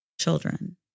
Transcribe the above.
children